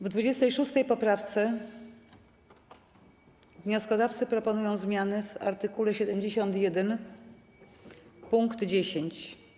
W 26. poprawce wnioskodawcy proponują zmiany w art. 71 pkt 10.